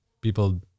People